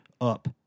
up